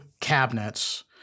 cabinets